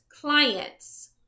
clients